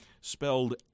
spelled